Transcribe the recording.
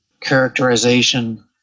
characterization